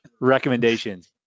recommendations